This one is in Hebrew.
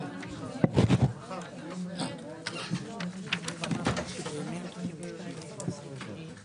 לא בזה עוסקת בפנייה אבל אני אשמח לבדוק ולחזור עם תשובה.